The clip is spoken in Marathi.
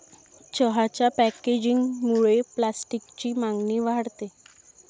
चहाच्या पॅकेजिंगमुळे प्लास्टिकची मागणी वाढते